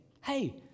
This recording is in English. hey